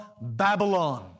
Babylon